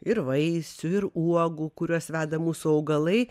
ir vaisių ir uogų kuriuos veda mūsų augalai